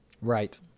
Right